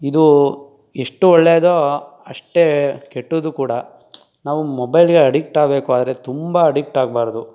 ಇದು ಎಷ್ಟು ಒಳ್ಳೆಯದೋ ಅಷ್ಟೇ ಕೆಟ್ಟದ್ದೂ ಕೂಡ ನಾವು ಮೊಬೈಲ್ಗೆ ಅಡಿಕ್ಟ್ ಆಗ್ಬೇಕು ಆದರೆ ತುಂಬ ಅಡಿಕ್ಟ್ ಆಗಬಾರ್ದು